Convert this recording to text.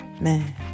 Man